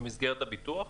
במסגרת הביטוח?